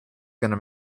gonna